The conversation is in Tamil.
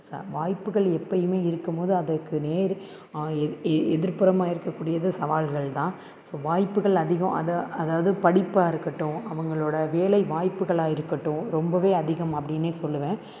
வாய்ப்புகள் எப்பவுமே இருக்கும்போது அதற்கு நேர் எதிர்ப்புறமாக இருக்கக்கூடியது சவால்கள்தான் ஸோ வாய்ப்புகள் அதிகம் அதை அதாவது படிப்பாக இருக்கட்டும் அவர்களோட வேலை வாய்ப்புகளாக இருக்கட்டும் ரொம்பவே அதிகம் அப்படின்னே சொல்லுவேன்